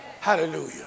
Hallelujah